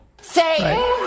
Say